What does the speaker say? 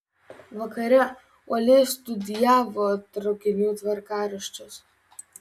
vakare uoliai studijavo traukinių tvarkaraščius